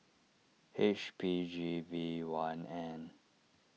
H P G V one N